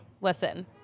listen